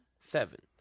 seven